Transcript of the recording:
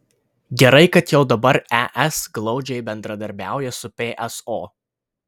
gerai kad jau dabar es glaudžiai bendradarbiauja su pso